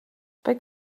back